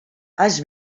has